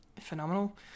phenomenal